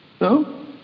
No